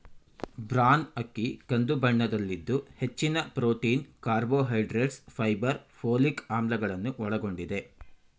bran ಅಕ್ಕಿ ಕಂದು ಬಣ್ಣದಲ್ಲಿದ್ದು ಹೆಚ್ಚಿನ ಪ್ರೊಟೀನ್, ಕಾರ್ಬೋಹೈಡ್ರೇಟ್ಸ್, ಫೈಬರ್, ಪೋಲಿಕ್ ಆಮ್ಲಗಳನ್ನು ಒಳಗೊಂಡಿದೆ